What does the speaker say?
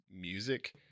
music